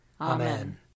Amen